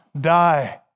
die